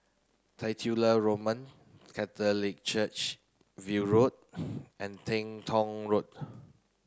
Titular Roman Catholic Church View Road and Teng Tong Road